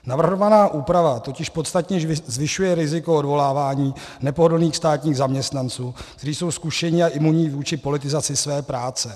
Navrhovaná úprava totiž podstatně zvyšuje riziko odvolávání nepohodlných státních zaměstnanců, kteří jsou zkušení a imunní vůči politizaci své práce.